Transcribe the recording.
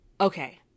Okay